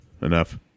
Enough